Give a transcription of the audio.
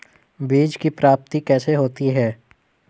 बीज की प्राप्ति कैसे होती है?